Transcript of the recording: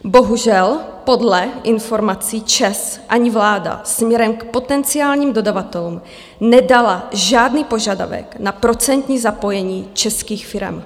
Bohužel, podle informací ČEZ ani vláda směrem k potenciálním dodavatelům nedala žádný požadavek na procentní zapojení českých firem.